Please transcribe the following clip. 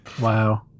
Wow